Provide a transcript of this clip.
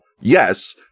yes